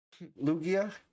Lugia